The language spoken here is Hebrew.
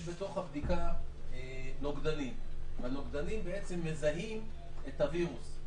יש בבדיקה נוגדנים, והנוגדנים מזהים את הווירוס.